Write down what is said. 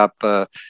up